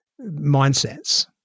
mindsets